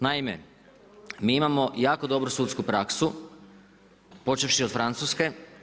Naime, mi imamo jako dobru sudsku praksu počevši od Francuske.